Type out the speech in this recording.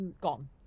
gone